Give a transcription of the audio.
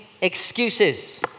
excuses